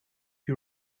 you